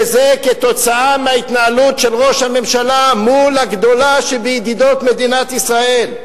וזה כתוצאה מההתנהלות של ראש הממשלה מול הגדולה שבידידות מדינת ישראל.